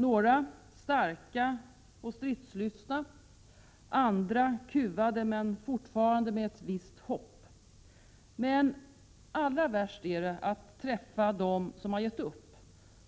Några är starka och stidslystna, andra kuvade men fortfarande med ett visst hopp. Men allra värst är det att träffa dem som givit upp,